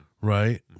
right